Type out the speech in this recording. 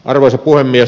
arvoisa puhemies